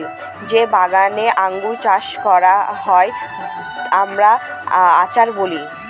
যে বাগানে আঙ্গুর চাষ হয় যাতে আমরা আচার বলি